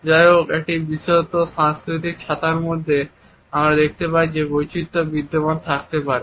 যাইহোক একই বিস্তৃত সাংস্কৃতিক ছাতার মধ্যে আমরা দেখতে পাই যে বৈচিত্র বিদ্যমান থাকতে পারে